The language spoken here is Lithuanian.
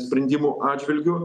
sprendimų atžvilgiu